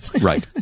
Right